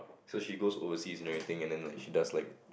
so she goes overseas and everything and then like she does like